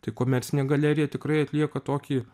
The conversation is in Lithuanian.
tai komercinė galerija tikrai atlieka tokį